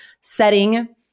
setting